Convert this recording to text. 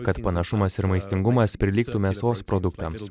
kad panašumas ir maistingumas prilygtų mėsos produktams